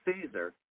Caesar